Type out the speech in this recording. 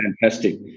fantastic